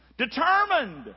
determined